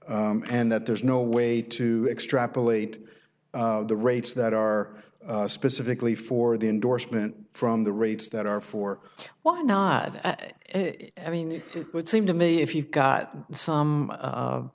r and that there's no way to extrapolate the rates that are specifically for the endorsement from the rates that are for why not it i mean it would seem to me if you've got some